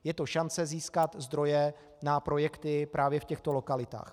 Je to šance získat zdroje na projekty právě v těchto lokalitách.